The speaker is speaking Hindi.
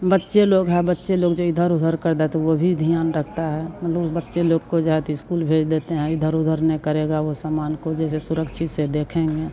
बच्चे लोग हैं बच्चे लोग जो इधर उधर करते थे वह भी ध्यान रखता है मतलब उस बच्चे लोग को या तो इस्कूल भेज देते हैं इधर उधर नहीं करेगा वह सामान को जैसे सुरक्षित से देखेंगे